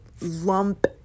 lump